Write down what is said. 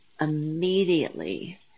immediately